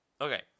Okay